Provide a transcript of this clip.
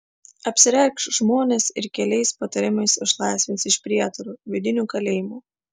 apsireikš žmonės ir keliais patarimais išlaisvins iš prietarų vidinių kalėjimų